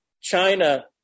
China